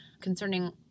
concerning